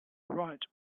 write